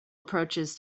approaches